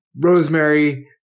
Rosemary